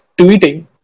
tweeting